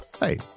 Hey